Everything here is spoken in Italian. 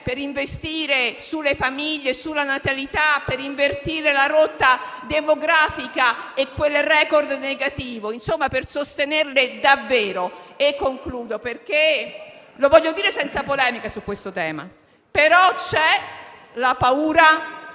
per investire sulle famiglie e sulla natalità, per invertire la rotta demografica e quel *record* negativo, insomma per sostenerle davvero? Concludo, senza polemica, su questo tema: c'è la paura